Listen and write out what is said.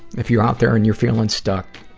if you're out there and you're feeling stuck,